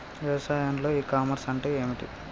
వ్యవసాయంలో e commerce అంటే ఏమిటి?